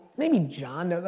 maybe john knows,